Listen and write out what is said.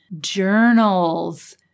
journals